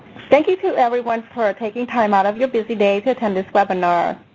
thank you to everyone for ah taking time out of your busy day to attend this webinar.